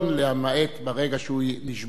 למעט ברגע שהוא נשבע.